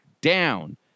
down